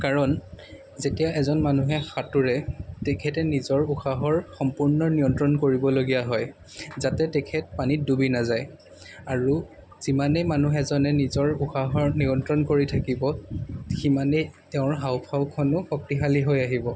কাৰণ যেতিয়া এজন মানুহে সাঁতোৰে তেখেতে নিজৰ উশাহৰ সম্পূৰ্ণ নিয়ন্ত্ৰণ কৰিবলগীয়া হয় যাতে তেখেত পানীত ডুবি নাযায় আৰু যিমানে মানুহ এজনে উশাহৰ নিয়ন্ত্ৰণ কৰি থাকিব সিমানেই তেওঁৰ হাওঁফাওঁখনো শক্তিশালী হৈ আহিব